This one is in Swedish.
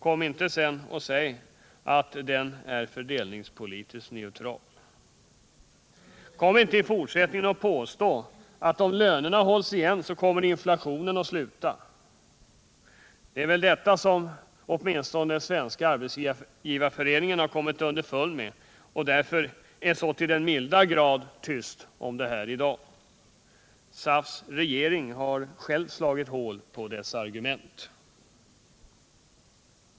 Kom inte sedan och säg att den är fördelningspolitiskt neutral! Kom inte i fortsättningen och påstå att om lönerna hålls igen så kommer inflationen att sluta! Det är väl detta som åtminstone Svenska arbetsgivareföreningen har kommit underfund med och därför är så till den milda grad tyst om i dag. SAF:s regering har själv slagit hål på dess argument.